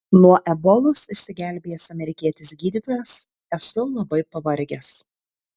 nuo ebolos išsigelbėjęs amerikietis gydytojas esu labai pavargęs